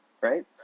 right